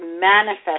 manifest